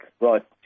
right